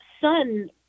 son